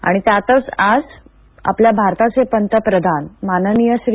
आणि त्यातच आज आपल्या भारताचे पंतप्रधान माननीय श्री